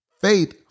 Faith